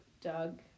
Doug